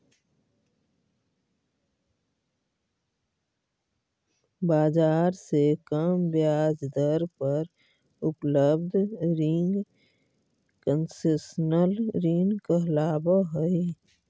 बाजार से कम ब्याज दर पर उपलब्ध रिंग कंसेशनल ऋण कहलावऽ हइ